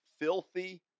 filthy